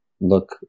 look